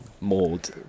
mold